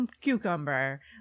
cucumber